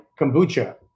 Kombucha